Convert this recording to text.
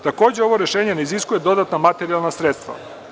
Takođe, ovo rešenje ne iziskuje dodatna materijalna sredstva.